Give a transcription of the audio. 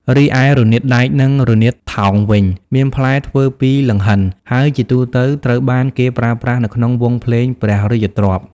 រីឯ រនាតដែក និង រនាតថោង វិញ មានផ្លែធ្វើពីលង្ហិន ហើយជាទូទៅត្រូវបានគេប្រើប្រាស់នៅក្នុងវង់ភ្លេងព្រះរាជទ្រព្យ។